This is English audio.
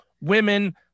women